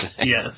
Yes